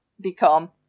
become